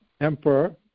emperor